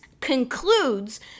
concludes